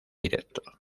directo